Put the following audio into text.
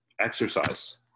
exercise